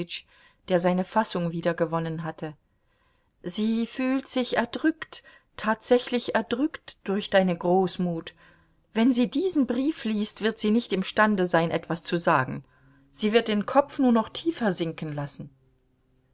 der seine fassung wiedergewonnen hatte sie fühlt sich erdrückt tatsächlich erdrückt durch deine großmut wenn sie diesen brief liest wird sie nicht imstande sein etwas zu sagen sie wird den kopf nur noch tiefer sinken lassen